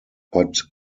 but